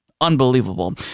Unbelievable